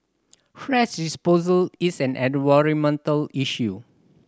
thrash disposal is an issue